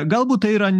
galbūt tai yra